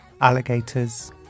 Alligators